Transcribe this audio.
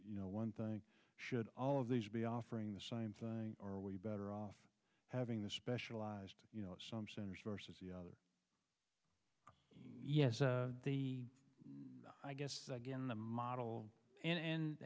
you know one thing should all of these be offering the same thing or are we better off having the specialized you know some centers versus the other yes the i guess again the model